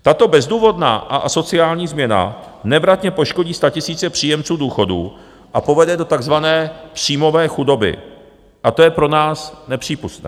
Tato bezdůvodná a asociální změna nevratně poškodí statisíce příjemců důchodů, povede do takzvané příjmové chudoby a to je pro nás nepřípustné.